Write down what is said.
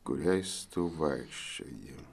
kuriais tu vaikščioji